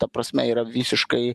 ta prasme yra visiškai